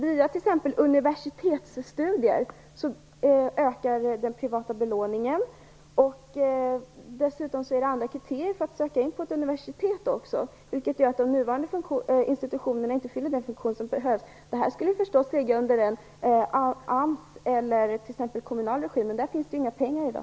Via t.ex. universitetsstudier ökar den privata belåningen. Dessutom är det andra kriterier för att söka in på ett universitet också. Det gör att de nuvarande institutionerna inte fyller den funktion som behövs. Detta skulle förstås ligga under AMS eller i kommunal regi. Men där finns det ju inga pengar i dag.